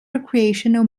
recreational